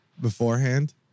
beforehand